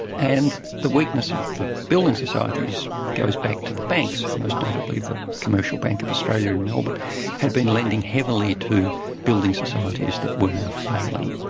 and the weakness of the building societies goes back to the banks, most notably the commercial bank of australia in melbourne had been lending heavily to building societies that were now failing.